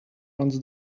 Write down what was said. runs